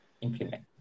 implement